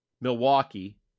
Milwaukee